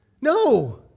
No